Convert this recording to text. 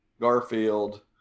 garfield